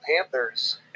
Panthers